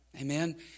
Amen